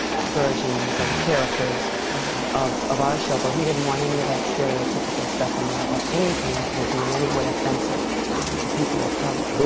versions and characters of of our show, but he didn't want any of that stereotypical stuff in there or anything that would be in any way offensive to people of color.